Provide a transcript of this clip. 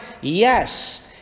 Yes